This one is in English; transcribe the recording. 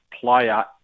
player